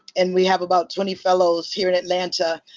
and we have about twenty fellows here in atlanta,